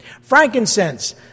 Frankincense